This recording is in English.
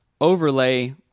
overlay